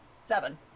Seven